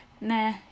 nah